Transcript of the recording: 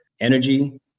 energy